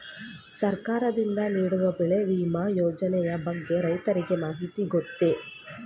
ಸರ್ಕಾರದಿಂದ ನೀಡುವ ಬೆಳೆ ವಿಮಾ ಯೋಜನೆಯ ಬಗ್ಗೆ ರೈತರಿಗೆ ಮಾಹಿತಿ ಗೊತ್ತೇ?